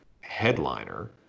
headliner